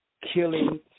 killing